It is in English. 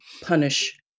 punish